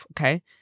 okay